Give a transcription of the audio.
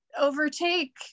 overtake